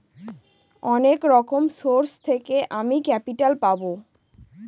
অনেক রকম সোর্স থেকে আমি ক্যাপিটাল পাবো